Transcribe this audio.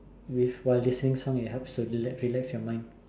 with while listening song it helps to relax your mind